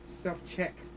self-check